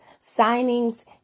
signings